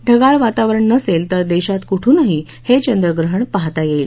ढगाळ वातावरण नसेल तर देशात कुठूनही हे चंद्रप्रहण पाहता येईल